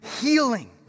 healing